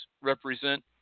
represent